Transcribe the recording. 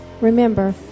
Remember